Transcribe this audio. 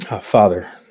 Father